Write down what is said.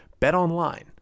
BetOnline